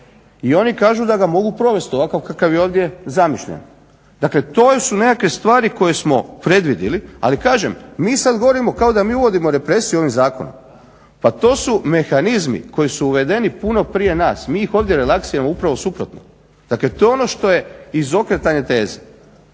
i oni kažu da ga mogu provesti ovakav kakav je ovdje zamišljen. Dakle to su nekakve stvari koje smo predvidjeli ali kažem mi sada govorimo kao da mi uvodimo represiju ovim zakonom. Pa to su mehanizmi koji su uvedeni puno prije nas, mi ih ovdje relaksiramo upravo suprotno. Dakle to je ono što je izokretanje teze.